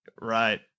Right